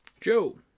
Joe